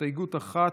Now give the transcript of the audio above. הסתייגות אחת,